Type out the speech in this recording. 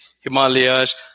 Himalayas